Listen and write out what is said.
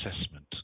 assessment